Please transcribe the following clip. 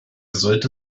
sollte